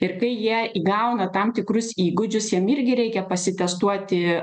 ir kai jie įgauna tam tikrus įgūdžius jiem irgi reikia pasitestuoti